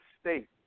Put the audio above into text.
state